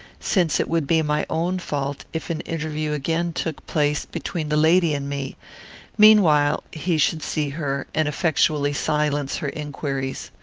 since it would be my own fault if an interview again took place between the lady and me meanwhile he should see her and effectually silence her inquiries.